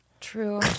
true